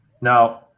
Now